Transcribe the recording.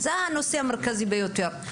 זהו הנושא המרכזי ביותר,